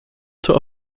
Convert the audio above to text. tour